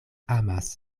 amas